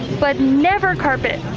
but never carpet,